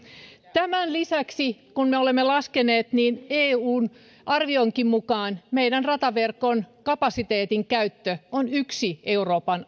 tämän lisäksi kun me olemme laskeneet eun arvionkin mukaan meidän rataverkkomme kapasiteetin käyttö on yksi euroopan